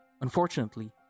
Unfortunately